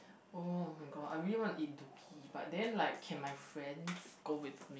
[oh]-my-god I really want to eat Dookki but then like can my friends go with me